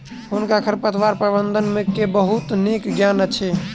हुनका खरपतवार प्रबंधन के बहुत नीक ज्ञान अछि